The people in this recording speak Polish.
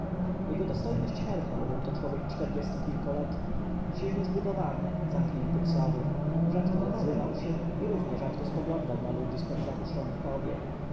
jego dostojność herhor był to człowiek czterdziestokilkoletni silnie zbudowany zamknięty w sobie rzadko odzywał się i równie rzadko spoglądał na ludzi z pod zapuszczonych powiek